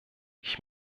ich